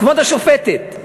כבוד השופטת,